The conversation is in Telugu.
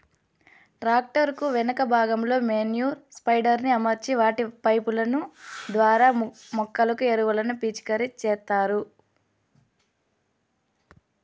ట్రాక్టర్ కు వెనుక భాగంలో మేన్యుర్ స్ప్రెడర్ ని అమర్చి వాటి పైపు ల ద్వారా మొక్కలకు ఎరువులను పిచికారి చేత్తారు